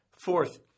Fourth